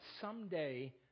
someday